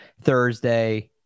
Thursday